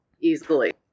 easily